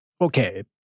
Okay